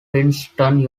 princeton